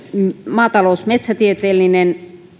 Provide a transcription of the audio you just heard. maatalous metsätieteellinen